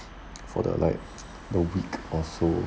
for the like the week or so